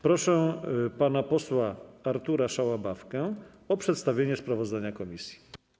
Proszę pana posła Artura Szałabawkę o przedstawienie sprawozdania komisji.